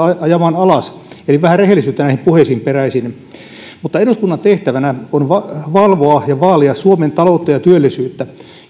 ajamaan alas eli vähän rehellisyyttä näihin puheisiin peräisin eduskunnan tehtävänä on valvoa ja vaalia suomen taloutta ja työllisyyttä